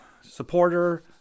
supporter